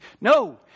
No